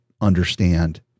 understand